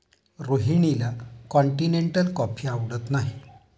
रोहिणीला continental coffee आवडत नाही